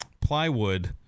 plywood